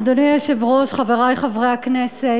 אדוני היושב-ראש, חברי חברי הכנסת,